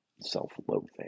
self-loathing